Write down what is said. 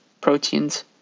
proteins